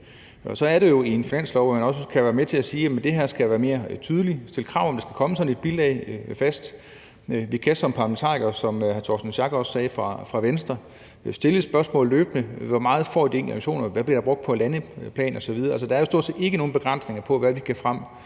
så er det jo i en finanslov, at man også kan være med til at sige, at det her skal være mere tydeligt; stille krav om, at der fast skal komme sådan et bilag. Vi kan som parlamentarikere – som hr. Torsten Schack Pedersen fra Venstre også sagde – stille spørgsmål løbende: Hvor meget får de enkelte organisationer, og hvor meget bliver der brugt på landsplan osv.? Altså, der er jo stort set ikke nogen begrænsninger for, hvad vi kan få